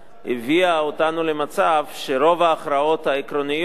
הביאה אותנו למצב שאת רוב ההכרעות העקרוניות,